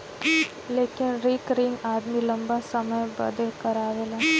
लेकिन रिकरिंग आदमी लंबा समय बदे करावेला